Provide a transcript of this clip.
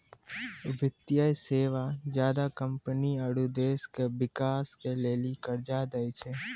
वित्तीय सेवा ज्यादा कम्पनी आरो देश के बिकास के लेली कर्जा दै छै